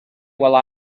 while